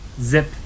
zip